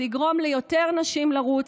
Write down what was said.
זה יגרום ליותר נשים לרוץ,